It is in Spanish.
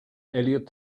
eliot